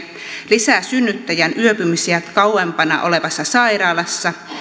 lisää synnyttäjän yöpymisiä kauempana olevassa sairaalassa